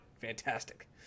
Fantastic